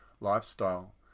lifestyle